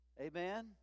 Amen